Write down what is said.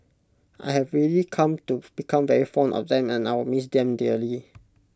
I have really come to become very fond of them and I will miss them dearly